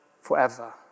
forever